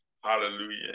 Hallelujah